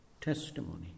Testimony